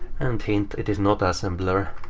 and hint, it is not assembler.